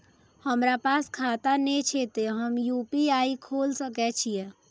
हमरा पास खाता ने छे ते हम यू.पी.आई खोल सके छिए?